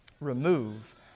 remove